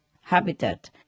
habitat